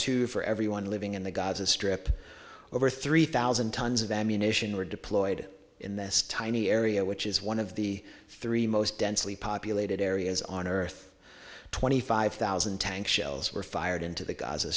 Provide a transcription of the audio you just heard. two for every one living in the gaza strip over three thousand tons of ammunition were deployed in this tiny area which is one of the three most densely populated areas on earth twenty five thousand tank shells were fired into